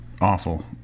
Awful